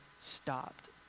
stopped